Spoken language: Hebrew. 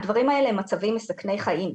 הדברים האלה הם מצבים מסכני חיים.